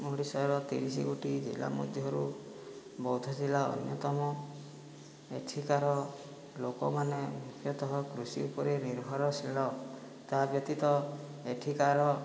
ଓଡ଼ିଶାର ତିରିଶ ଗୋଟି ଜିଲ୍ଲା ମଧ୍ୟରୁ ବୌଦ୍ଧ ଜିଲ୍ଲା ଅନ୍ୟତମ ଏଠିକାର ଲୋକମାନେ ମୁଖ୍ୟତଃ କୃଷି ଉପରେ ନିର୍ଭରଶୀଳ ତା' ବ୍ୟତୀତ ଏଠିକାର